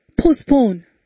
postpone